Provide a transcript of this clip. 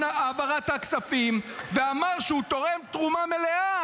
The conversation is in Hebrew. העברת הכספים ואמר שהוא תורם תרומה מלאה